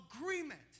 agreement